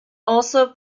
also